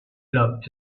club